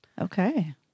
Okay